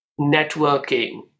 networking